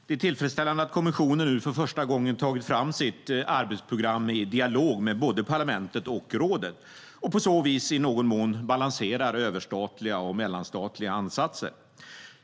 Herr talman! Det är tillfredsställande att kommissionen nu för första gången tagit fram sitt arbetsprogram i dialog med både parlamentet och rådet - och på så vis i någon mån balanserar överstatliga och mellanstatliga ansatser.